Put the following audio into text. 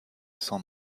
sans